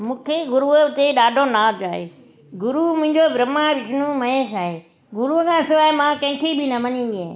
मूंखे गुरुअ ते ॾाढो नाज़ आहे गुरू मुंहिंजो ब्रह्मा विष्णु महेश आहे गुरूअ खां सवाइ मां कंहिंखे बि न मञिदी आहियां